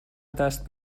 دست